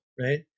right